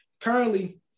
currently